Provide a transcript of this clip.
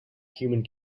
human